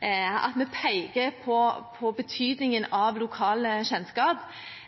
at vi peker på betydningen av lokal kjennskap.